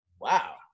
wow